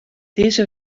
dizze